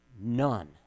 none